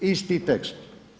Isti tekst.